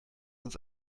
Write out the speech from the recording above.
uns